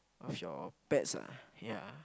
of your pets ah ya